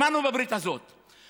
אני מאחל לך הצלחה בהמשך הדרך.